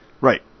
Right